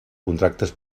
contractes